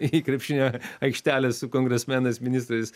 į krepšinio aikštelę su kongresmenais ministrais